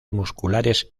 musculares